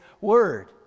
word